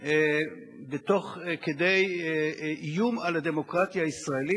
תוך כדי איום על הדמוקרטיה הישראלית,